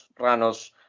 Rano's